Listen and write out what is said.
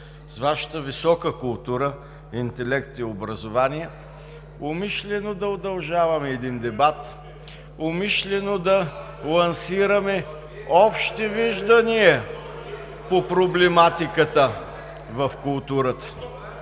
с Вашата висока култура, интелект и образование умишлено да удължаваме един дебат, умишлено да лансираме общи виждания по проблематиката в културата?